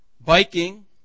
Biking